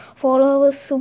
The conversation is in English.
followers